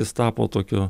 jis tapo tokiu